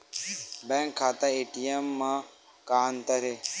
Bank खाता ATM मा का अंतर हे?